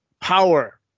power